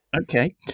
Okay